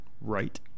right